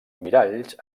miralls